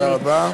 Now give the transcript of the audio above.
תודה רבה.